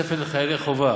ניתנה תוספת לחיילי חובה,